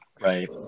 Right